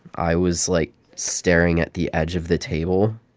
i was, like, staring at the edge of the table.